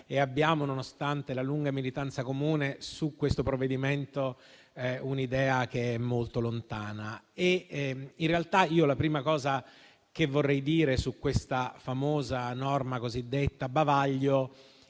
quale, nonostante la lunga militanza comune, su questo provvedimento abbiamo un'idea molto lontana. In realtà la prima cosa che vorrei dire sulla famosa norma cosiddetta bavaglio